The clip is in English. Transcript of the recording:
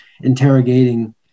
interrogating